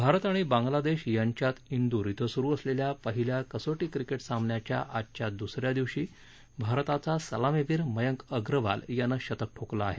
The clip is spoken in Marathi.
भारत आणि बांगलादेश यांच्यात दूर क्वें सुरु असलेल्या पहिल्या कसोटी क्रिकेट सामन्याच्या आजच्या दुस या दिवशी भारताचा सलामीवीर मयंक अग्रवाल यानं शतक ठोकलं आहे